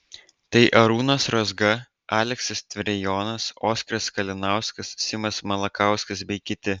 tai arūnas rozga aleksas tverijonas oskaras kalinauskas simas malakauskas bei kiti